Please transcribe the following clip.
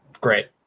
Great